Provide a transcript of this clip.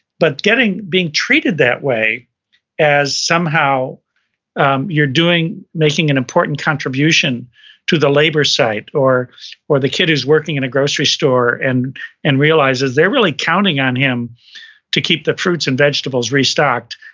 but being treated that way as somehow you're doing, making an important contribution to the labor site, or or the kid is working in a grocery store and and realizes they're really counting on him to keep the fruits and vegetables restocked.